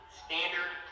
standard